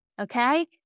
Okay